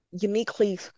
uniquely